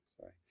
sorry